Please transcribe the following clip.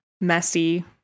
messy